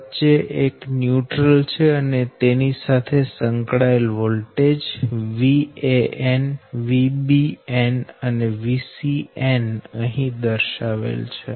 વચ્ચે એક ન્યુટ્રલ છે અને તેની સાથે સંકળાયેલ વોલ્ટેજ Van Vbn અને Vcn અહી દર્શાવેલ છે